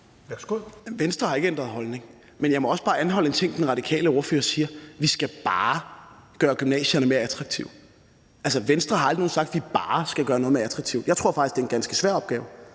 (V): Venstre har ikke ændret holdning. Men jeg må også bare anholde en ting, den radikale ordfører siger, nemlig at vi bare skal gøre gymnasierne mere attraktive. Altså, Venstre har aldrig nogen sinde sagt, at man bare skulle gøre noget mere attraktivt. Jeg tror faktisk, at det er en ganske svær opgave.